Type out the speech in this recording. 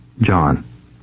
John